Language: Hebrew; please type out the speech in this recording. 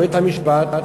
בית-המשפט,